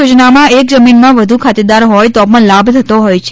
યોજનામાં એક જમીનમાં વધુ ખાતેદાર હોય તો પણ લાભ થતો હોય છે